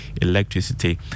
Electricity